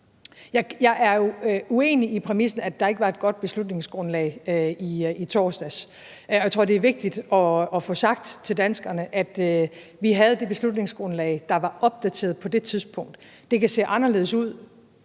Jeg er uenig i den præmis, at der ikke var et godt beslutningsgrundlag i torsdags. Og jeg tror, det er vigtigt at få sagt til danskerne, at vi havde det beslutningsgrundlag, der var opdateret på det tidspunkt. Det kunne se anderledes ud